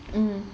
mm